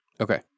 Okay